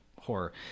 horror